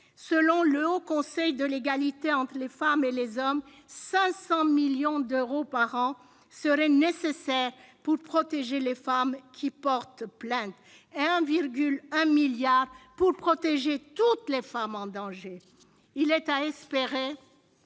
Selon le Haut Conseil à l'égalité entre les femmes et les hommes, 500 millions d'euros par an seraient nécessaires pour protéger les femmes qui portent plainte, et 1,1 milliard d'euros pour protéger toutes les femmes en danger. Il est à espérer